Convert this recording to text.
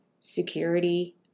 security